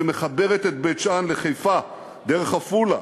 שמחברת את בית-שאן לחיפה דרך עפולה.